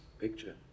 Picture